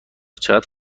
چقدر